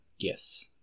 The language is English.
Yes